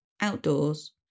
outdoors